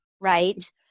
right